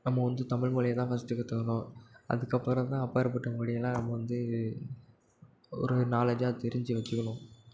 நம்ம வந்து தமிழ்மொழிய தான் ஃபர்ஸ்டு கற்றுக்கணும் அதற்கப்பறோந்தான் அப்பாற்பட்ட மொழியெல்லாம் நம்ம வந்து ஒரு நாலஞ்சாக தெரிஞ்சு வச்சுக்கணும்